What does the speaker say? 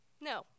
No